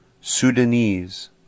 Sudanese